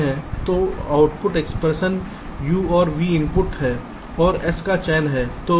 तो output expression u और v input हैं और s का चयन है